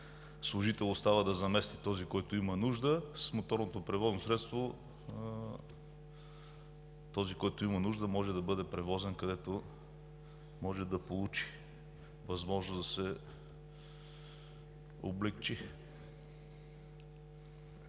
служител остава да замести този, който има нужда. С моторното превозно средство този, който има нужда, може да бъде превозен, където може да получи възможност да се облекчи.